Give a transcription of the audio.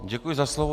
Děkuji za slovo.